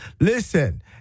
Listen